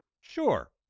Sure